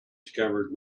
scabbard